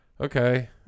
Okay